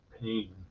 pain